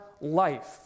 life